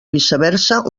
viceversa